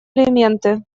элементы